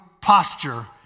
posture